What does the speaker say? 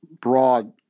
broad